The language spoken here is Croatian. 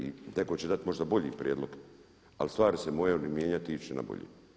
I netko će dati možda bolji prijedlog ali stvari se moraju mijenjati i ići nabolje.